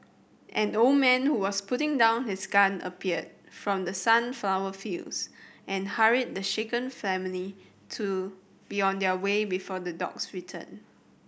an old man who was putting down his gun appeared from the sunflower fields and hurried the shaken family to be on their way before the dogs return